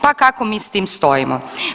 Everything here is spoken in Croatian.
Pa kako mi s tim stojimo.